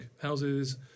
houses